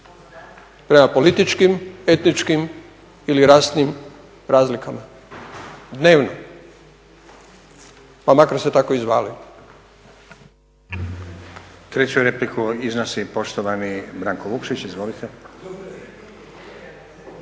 prema političkim, etničkim ili rasnim razlikama, dnevno pa makar se tako i zvali.